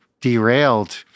derailed